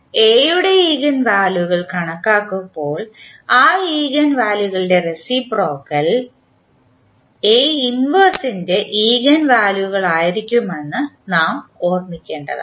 A യുടെ eigen വാല്യുകൾ കണക്കാക്കുമ്പോൾ ആ ഈഗൻ വാല്യുകകളുടെ റേസിപ്രോക്കൽ ൻറെ ഈഗൻ വാല്യുകളായിരിക്കുമെന്ന് നാം ഓർമ്മിക്കേണ്ടതാണ്